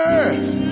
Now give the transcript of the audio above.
earth